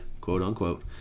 quote-unquote